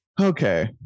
Okay